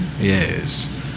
Yes